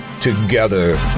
together